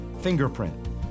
fingerprint